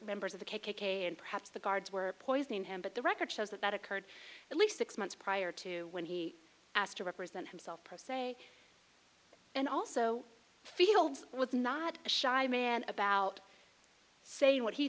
members of the k k k and perhaps the guards were poisoning him but the record shows that that occurred at least six months prior to when he asked to represent himself pro se and also fields was not a shy man about say what he